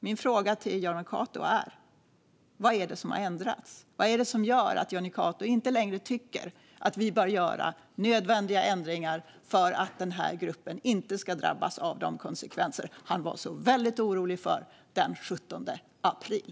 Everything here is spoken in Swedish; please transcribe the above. Min fråga till Jonny Cato är: Vad är det som har ändrats? Vad är det som gör att Jonny Cato inte längre tycker att vi bör göra nödvändiga ändringar för att denna grupp inte ska drabbas av de konsekvenser som han var väldigt orolig över den 17 april?